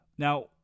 Now